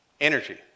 Energy